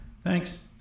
Thanks